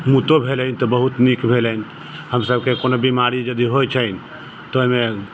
मूतो भेलै तऽ बहुत नीक भेलै हमसबके कोनो बीमारी यदि होइत छै तऽ ओहिमे